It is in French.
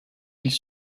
ils